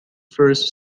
first